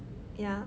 yeah